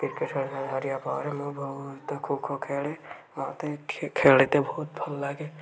cricket ଖେଳିସାରିବା ପରେ ମୁଁ ବହୁତ ଖୋ ଖୋ ଖେଳେ ମୋତେ ଖେଳିତେ ବହୁତ ଭଲ ଲାଗେ